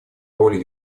роли